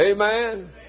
Amen